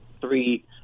three